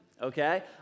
okay